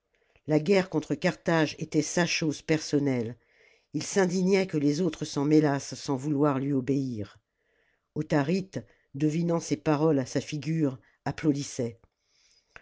la guerre contre carthage était sa chose personnelle ir s'indignait que tes autres s'en mêlassent sans vouloir lui obéir autharite devinant ses paroles à sa figure applaudissait